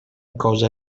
cosa